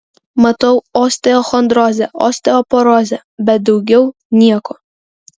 matau osteochondrozę osteoporozę bet daugiau nieko